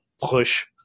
push